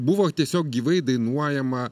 buvo tiesiog gyvai dainuojama